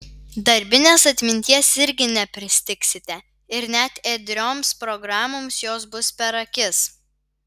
darbinės atminties irgi nepristigsite ir net ėdrioms programoms jos bus per akis